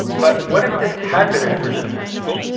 but what if this had been an urgent message?